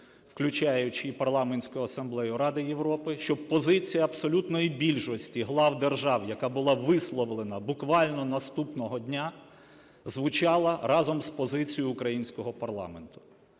включаючи і Парламентську Асамблею Ради Європи, щоб позиція абсолютної більшості глав держав, яка була висловлена буквально наступного дня, звучала разом з позицією українського парламенту.